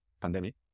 pandemic